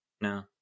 No